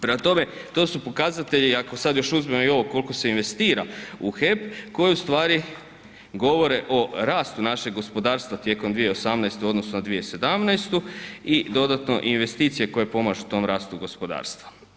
Prema tome, to su pokazatelji, ako sad još uzmem i ovo kolko se investira u HEP koji u stvari govore o rastu našeg gospodarstva tijekom 2018. u odnosu na 2017. i dodatno investicije koje pomažu tom rastu gospodarstva.